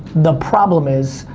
the problem is,